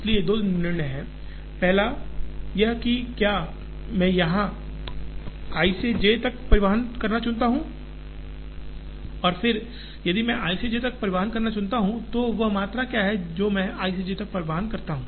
इसलिए दो निर्णय हैं पहला यह कि क्या मैं i से j तक परिवहन करना चुनता हूं और फिर यदि मैं i से j तक परिवहन करना चुनता हूं तो वह मात्रा क्या है जो मैं i से j तक परिवहन करता हूं